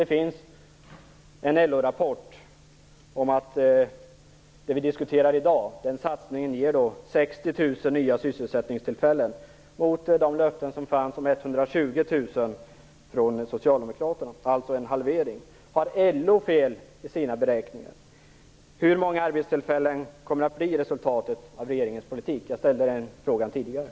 Det finns en LO-rapport om att den satsning vi diskuterar i dag ger 60 000 nya sysselsättningstillfällen, alltså en halvering jämfört med Socialdemokraternas löften om 120 000 sysselsättningstillfällen. Har LO fel i sina beräkningar? Hur många arbetstillfällen kommer att bli resultatet av regeringens politik? Jag har ställt den frågan tidigare.